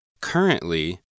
Currently